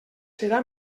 serà